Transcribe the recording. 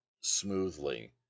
smoothly